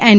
N